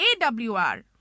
AWR